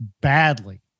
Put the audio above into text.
badly